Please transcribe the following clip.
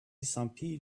some